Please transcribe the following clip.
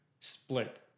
split